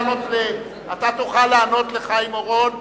אתה תוכל לענות לחיים אורון,